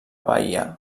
bahia